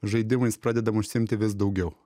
žaidimais pradedam užsiimti vis daugiau